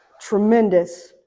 tremendous